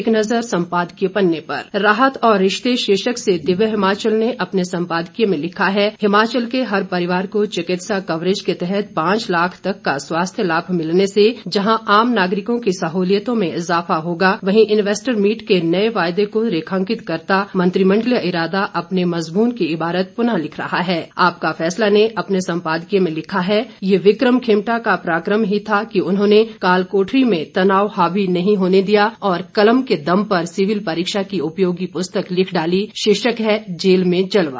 एक नज़र सम्पादकीय पन्ने पर राहत और रिश्ते शीर्षक से दिव्य हिमाचल ने अपने संपादकीय में लिखा है हिमाचल के हर परिवार को चिकित्सा कवरेज के तहत पांच लाख तक का स्वास्थ्य लाभ मिलने से जहां आम नागरिकों की सहुलियतों में इजाफा होगा वहीं इन्वेस्टर मीट के नए वादे को रेखांकित करता मंत्रिमंडलीय इरादा अपने मजमून की इबारत पुनः लिख रहा हैं आपका फैसला ने अपने संपादकीय में लिखा है यह विकम खेमटा का पराकम ही था कि उन्होंने काल कोठरी में तनाव हावी नहीं होने दिया और कलम के दम पर सिविल परीक्षा की उपयोगी पुस्तक लिख डाली शीर्षक है जेल में जलवा